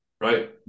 right